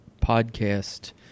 podcast